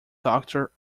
doctor